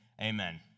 Amen